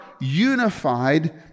unified